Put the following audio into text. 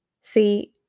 See